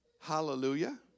Hallelujah